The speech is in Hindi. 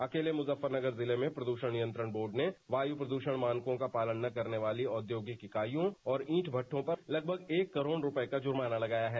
अकेले मुजफ्फरनगर जिले में प्रदूषण नियंत्रण बोर्ड ने वायु प्रदूषण मानकों का पालन न करने वाली औद्योगिक इकाइयों और ईंट भट्डों पर लगभग एक करोड़ रुपये का जुर्माना लगाया है